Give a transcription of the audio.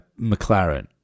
McLaren